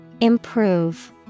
Improve